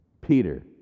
Peter